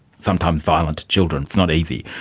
sometimes violent children. it's not easy.